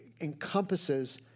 encompasses